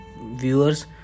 viewers